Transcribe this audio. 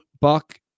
Buck